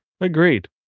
agreed